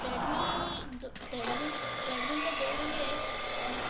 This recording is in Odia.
ଟ୍ରେଡ଼ମିଲ୍ ଟ୍ରେଡ଼ମିଲ୍ ଟ୍ରେଡ଼ମିଲ୍ରେ ଦୌଡ଼ିଲେ